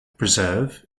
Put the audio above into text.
preserve